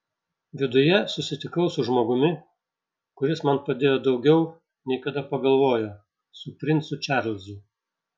viduje susitikau su žmogumi kuris man padėjo daugiau nei kada pagalvojo su princu čarlzu